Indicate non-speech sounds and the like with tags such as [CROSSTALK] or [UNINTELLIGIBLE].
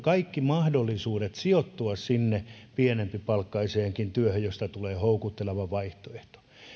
[UNINTELLIGIBLE] kaikki mahdollisuudet sijoittua sinne pienempipalkkaiseenkin työhön josta tulee houkutteleva vaihtoehto